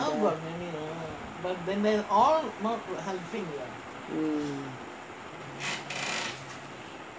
mm